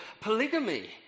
polygamy